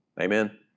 Amen